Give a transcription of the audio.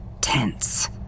tense